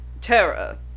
Terra